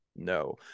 No